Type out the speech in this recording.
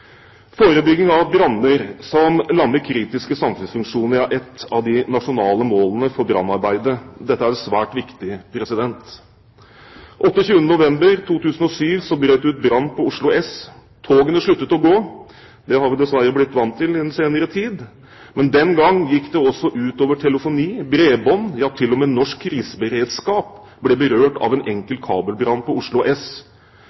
Forebygging av branner som lammer kritiske samfunnsfunksjoner, er et av de nasjonale målene for brannvernarbeidet. Dette er svært viktig. 28. november 2007 brøt det ut brann på Oslo S. Togene sluttet å gå – det har vi dessverre blitt vant til i den senere tid! Men den gang gikk det også ut over telefoni, bredbånd – ja, til og med norsk kriseberedskap ble berørt av en enkel kabelbrann på Oslo S.